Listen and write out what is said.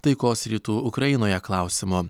taikos rytų ukrainoje klausimu